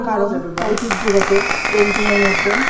কারণ ঐতিহ্যগত পেন্টিংয়ের মধ্যেও